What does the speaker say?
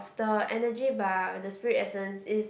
the energy bar the spirit essence is